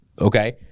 Okay